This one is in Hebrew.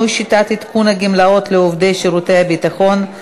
(שינוי שיטת עדכון הגמלאות לעובדי שירותי הביטחון),